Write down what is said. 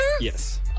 Yes